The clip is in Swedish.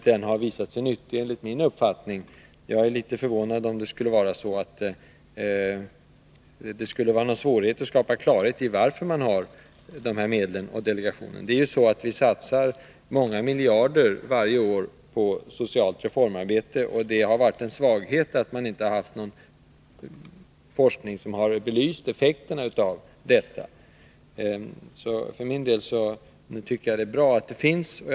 Den har enligt min uppfattning visat sig nyttig. Det är inte svårt att skapa klarhet i varför den här delegationen har tillsatts och får dessa medel. Vi satsar många miljarder varje år på socialt reformarbete, och det har varit en svaghet att vi inte har haft någon forskning som har belyst effekterna av detta. Jag anser att det är bra att delegationen finns.